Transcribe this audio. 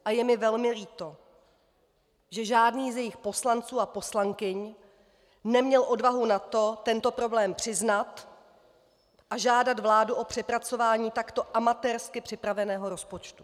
A je mi velmi líto, že žádný z jejich poslanců a poslankyň neměl odvahu na to, tento problém přiznat a žádat vládu o přepracování takto amatérsky připraveného rozpočtu.